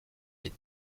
les